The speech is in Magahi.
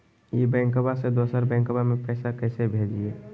ई बैंकबा से दोसर बैंकबा में पैसा कैसे भेजिए?